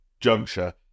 juncture